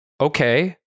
okay